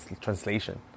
translation